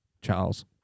Charles